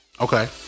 Okay